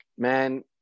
Man